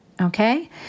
okay